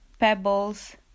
pebbles